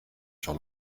sur